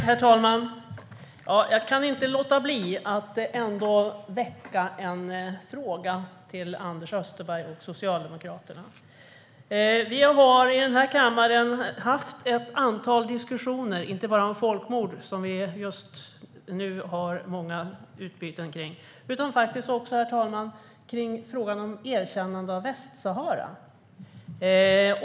Herr talman! Jag kan inte låta bli att väcka en fråga till Anders Österberg och Socialdemokraterna. Vi har här i kammaren haft ett antal diskussioner inte bara om folkmord, som vi just nu har många meningsutbyten om, utan också i frågan om erkännande av Västsahara.